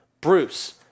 Bruce